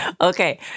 Okay